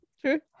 True